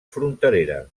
fronterera